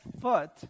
foot